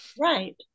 right